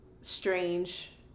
strange